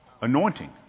anointing